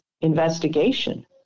investigation